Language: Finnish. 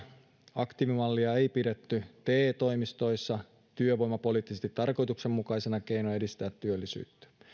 aktiivimallia ei pidetty te toimistoissa työvoimapoliittisesti tarkoituksenmukaisena keinona edistää työllisyyttä